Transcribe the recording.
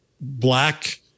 black